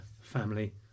family